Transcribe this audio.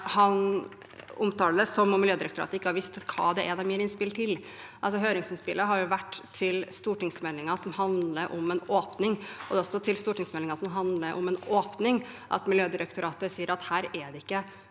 han omtaler det som om Miljødirektoratet ikke har visst hva det er de gir innspill til. Høringsinnspillet har vært til stortingsmeldingen som handler om en åpning. Det er også til stortingsmeldingen som handler om en åpning, at Miljødirektoratet sier det ikke